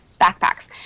backpacks